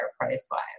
price-wise